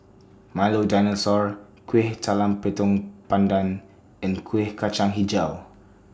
Milo Dinosaur Kueh Talam Tepong Pandan and Kuih Kacang Hijau